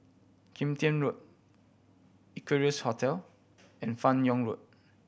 Kim Tian Road Equarius Hotel and Fan Yoong Road